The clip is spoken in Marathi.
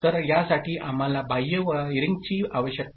तर यासाठी आम्हाला बाह्य वायरिंगची आवश्यकता आहे